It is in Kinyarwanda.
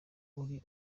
uri